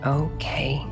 okay